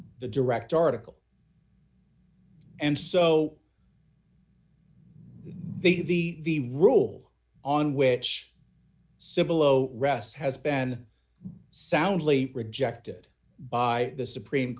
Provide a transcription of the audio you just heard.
the direct article and so the the rule on which civil o rests has been soundly rejected by the supreme